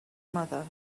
mother